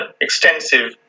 extensive